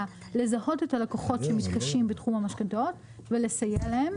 לזהות את הלקוחות שמתקשים בתחום המשכנתאות ולסייע להם.